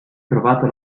trovata